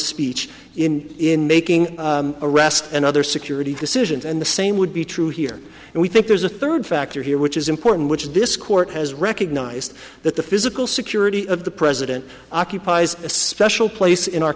speech in making arrests and other security decisions and the same would be true here and we think there's a third factor here which is important which is this court has recognized that the physical security of the president occupies a special place in our